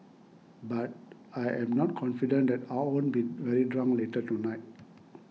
but I'm not confident that I won't be very drunk later tonight